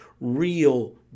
real